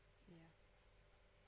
ya